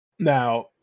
Now